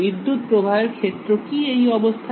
বিদ্যুৎপ্রবাহের ক্ষেত্র কি এই অবস্থায়